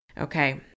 Okay